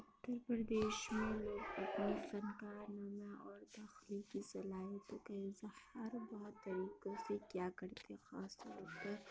اتر پردیش میں لوگ اپنی فنکارانہ اور تخلیقی صلاحیتوں کے اظہار بہت طریقوں سے کیا کرتے خاص طور پہ